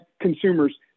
consumer's